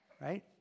right